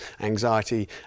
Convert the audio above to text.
anxiety